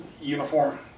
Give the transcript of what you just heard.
uniform